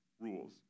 rules